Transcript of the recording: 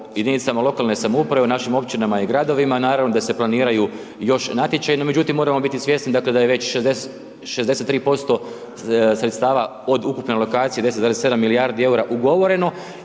jedinicama lokalne samouprave o našim općinama i gradovima naravno da se planiraju još natječaji, no međutim moramo biti svjesni da je već 63% sredstava od ukupne alokacije 10,7 milijardi eura ugovoreno